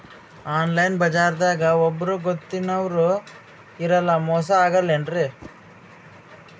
Online ಬಜಾರದಾಗ ಒಬ್ಬರೂ ಗೊತ್ತಿನವ್ರು ಇರಲ್ಲ, ಮೋಸ ಅಗಲ್ಲೆನ್ರಿ?